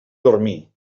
dormir